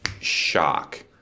shock